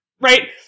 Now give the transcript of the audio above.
Right